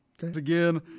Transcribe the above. Again